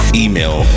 email